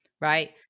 right